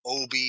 OB